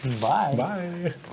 Bye